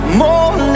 more